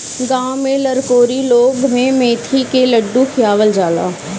गांव में लरकोरी लोग के मेथी के लड्डू खियावल जाला